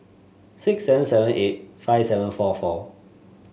six seven seven eight five seven four four